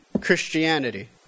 Christianity